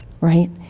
right